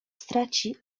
straci